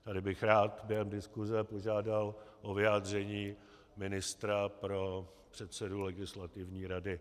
Tady bych rád během diskuse požádal o vyjádření ministra pro předsedu Legislativní rady.